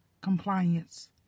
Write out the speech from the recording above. compliance